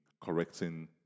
correcting